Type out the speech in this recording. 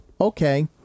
okay